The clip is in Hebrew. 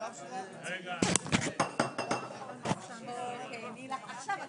בשעה 18:00 חוזרים לכאן.